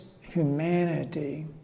humanity